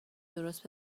درست